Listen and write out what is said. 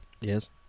Yes